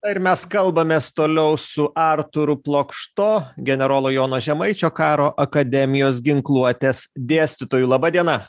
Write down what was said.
na ir mes kalbamės toliau su artūru plokšto generolo jono žemaičio karo akademijos ginkluotės dėstytoju laba diena